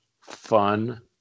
fun